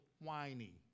whiny